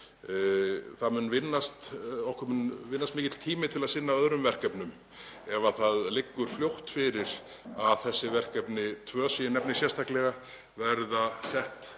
um sinn. Okkur mun vinnast mikill tími til að sinna öðrum verkefnum ef það liggur fljótt fyrir að þessi tvö verkefni sem ég nefni sérstaklega verða sett